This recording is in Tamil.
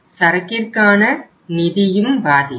சரக்கிற்கான நிதியும் பாதிக்கும்